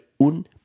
un